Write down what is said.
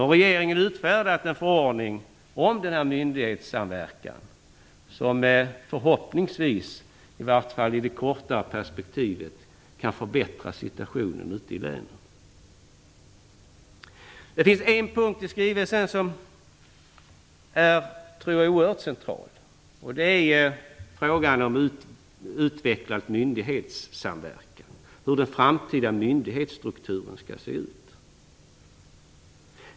Regeringen har nu utfärdat en förordning om denna myndighetssamverkan, som förhoppningsvis i varje fall i det korta perspektivet kan förbättra situationen ute i länen. Det finns en punkt i skrivelsen som är oerhört central, nämligen hur den framtida myndighetsstrukturen skall se ut i en utvecklad myndighetssamverkan.